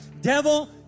Devil